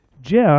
Jeff